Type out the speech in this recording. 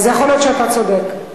יכול להיות שאתה צודק.